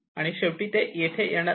आणि शेवटी ते येथे येणार आहेत